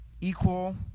equal